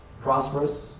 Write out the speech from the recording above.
prosperous